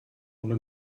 ohne